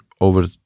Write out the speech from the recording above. over